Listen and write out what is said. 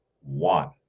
one